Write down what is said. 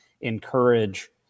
encourage